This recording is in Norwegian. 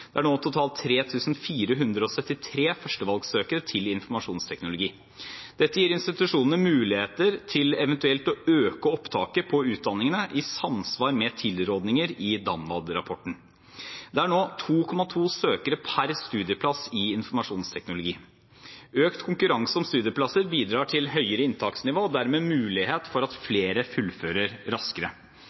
nå totalt 3 473 førstevalgsøkere til informasjonsteknologi. Det gir institusjonene muligheter til å øke opptaket på utdanning i samsvar med tilrådinger i DAMVAD-rapporten. Det er nå 2,2 søkere per studieplass i informasjonsteknologi. Økt konkurranse om studieplasser bidrar til høyere inntaksnivå og derved mulighet for at flere fullfører raskere.